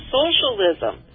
socialism